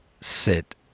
sit